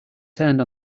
turned